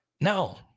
No